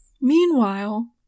meanwhile